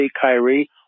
Kyrie